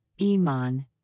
Iman